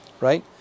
right